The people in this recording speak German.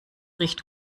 riecht